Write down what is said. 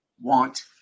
want